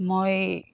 মই